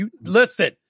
Listen